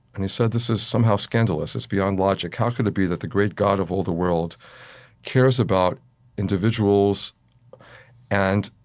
and he said, this is somehow scandalous. it's beyond logic. how could it be that the great god of all the world cares about individuals and,